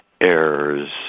errors